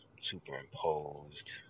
superimposed